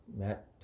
Matt